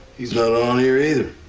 he's not on here either.